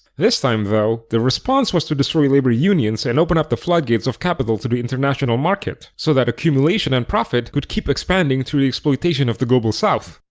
this time though, the response was to destroy labor unions and open the floodgates of capital to the international market, so that accumulation and profit could keep expanding through the exploitation of the global south.